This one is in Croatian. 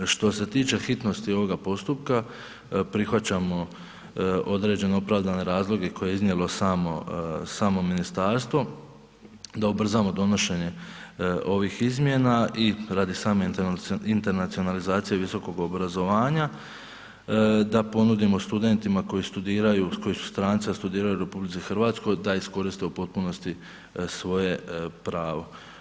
Što se tiče hitnosti ovoga postupka, prihvaćamo određene opravdane razloge koje je iznijelo samo ministarstvo da ubrzamo donošenje ovih izmjena i radi same internacionalizacije visokog obrazovanja, da ponudimo studentima koji studiraju koji su stranci, a studiraju u RH da iskoriste u potpunosti svoje pravo.